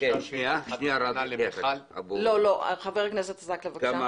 חבר הכנסת עסאקלה, בבקשה.